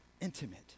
intimate